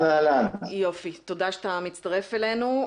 תודה שאתה מצטרף אלינו.